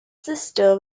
sister